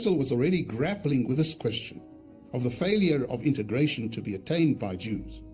so was already grappling with this question of the failure of integration to be attained by jews.